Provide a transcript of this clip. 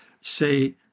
say